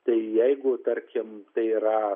tai jeigu tarkim tai yra